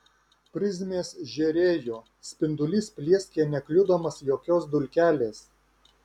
prizmės žėrėjo spindulys plieskė nekliudomas jokios dulkelės